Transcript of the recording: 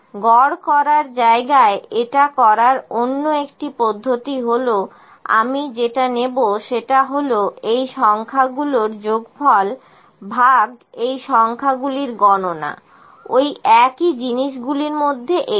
গড় করার জায়গায় এটা করার অন্য একটি পদ্ধতি হলো আমি যেটা নেব সেটা হল এই সংখ্যাগুলোর যোগফল ভাগ এই সংখ্যাগুলির গণনা ওই একই জিনিস গুলির মধ্যে একটি